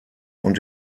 und